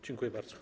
Dziękuję bardzo.